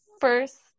first